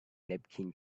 napkin